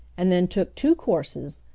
and then took two courses,